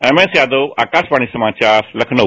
MS Yadav Akashvani समाचार लखनऊ